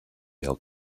held